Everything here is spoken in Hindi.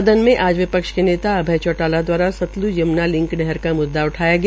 सदन में आज विपक्ष के नेता अभय चौटाला द्वारा सतल्ज यम्ना लिंक नहर का म्द्दा उठाया गया